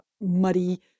muddy